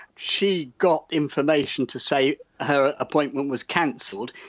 she got information to say her appointment was cancelled,